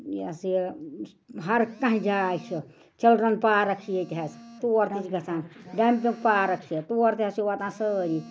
یہِ ہَسا یہِ ہر کانٛہہ جاے چھِ چِلڈرٛن پارک چھِ ییٚتہِ حظ تور تہِ چھِ گَژھان ڈمپِنٛگ پارک چھِ تور تہِ حظ چھِ واتان سٲری